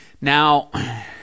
Now